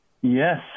Yes